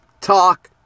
talk